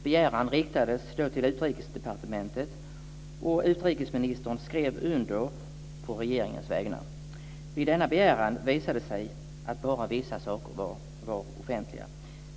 Begäran riktades till Utrikesdepartementet, och utrikesministern skrev under på regeringens vägnar. Vid denna begäran visade det sig att bara vissa saker var offentliga.